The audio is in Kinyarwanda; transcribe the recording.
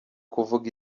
kuvuga